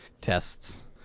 tests